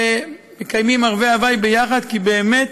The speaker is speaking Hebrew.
ומקיימים ערבי הווי יחד, כי באמת,